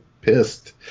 pissed